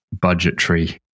budgetary